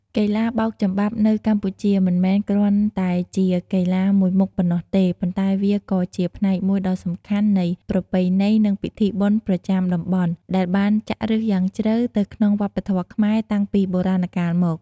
កីឡាបោកចំបាប់នៅកម្ពុជាមិនមែនគ្រាន់តែជាកីឡាមួយមុខប៉ុណ្ណោះទេ ប៉ុន្តែវាក៏ជាផ្នែកមួយដ៏សំខាន់នៃ ប្រពៃណី និងពិធីបុណ្យប្រចាំតំបន់ ដែលបានចាក់ឫសយ៉ាងជ្រៅទៅក្នុងវប្បធម៌ខ្មែរតាំងពីបុរាណកាលមក។